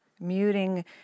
muting